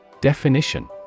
Definition